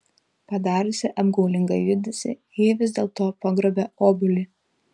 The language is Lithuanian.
padariusi apgaulingą judesį ji vis dėlto pagrobia obuolį